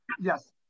yes